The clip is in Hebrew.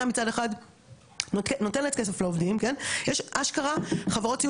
יש אשכרה חברות סיעוד שהמשיכו להפקיד לפיקדון בתקופה הזאת,